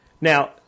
Now